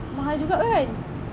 mahal juga kan